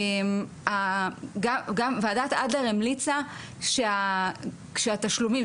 ועדת אדלר המליצה שהתשלומים,